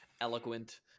eloquent